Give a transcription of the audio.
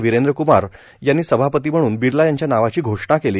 विरेंद्र कुमार यांनी सभापती म्हणून बिर्ला यांच्या नावाची घोषणा केली